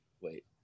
wait